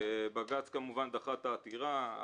בג"ץ כמובן דחה את העתירה.